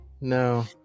No